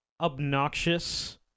obnoxious